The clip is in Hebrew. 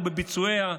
לא בביצועיה,